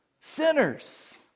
Sinners